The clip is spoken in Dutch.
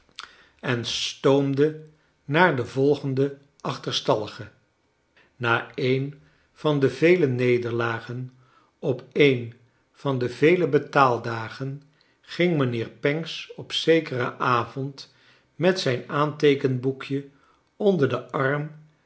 oom de naar den volgenden ac liters tallige na een van de vele nederlagen op een van de vele betaaldagen ging mijnheer pancks op zekeren avond niet zijn aanteekenboekje onder den arm